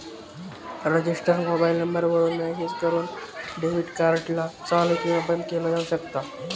register mobile number वरून message करून debit card ला चालू किंवा बंद केलं जाऊ शकता